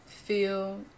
feel